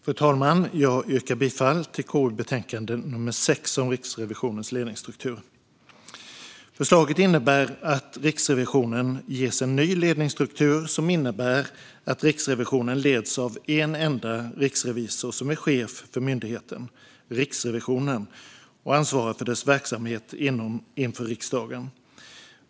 Fru talman! Jag yrkar bifall till förslaget i KU:s betänkande nr 6 om Riksrevisionens ledningsstruktur. Förslaget innebär att Riksrevisionen ges en ny ledningsstruktur som innebär att Riksrevisionen leds av en enda riksrevisor som är chef för myndigheten Riksrevisionen och ansvarar för dess verksamhet inför riksdagen.